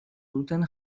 duten